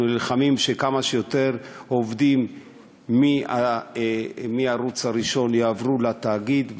אנחנו נלחמים כדי שכמה שיותר עובדים מהערוץ הראשון יעברו לתאגיד,